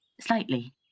Slightly